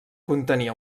contenia